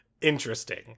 interesting